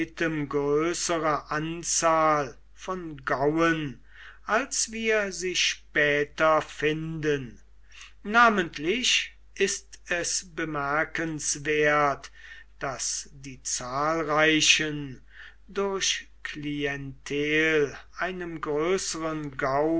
anzahl von gauen als wir sie später finden namentlich ist es bemerkenswert daß die zahlreichen durch klientel einem größeren